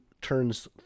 turns